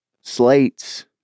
slates